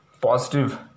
positive